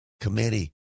committee